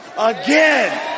Again